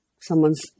someone's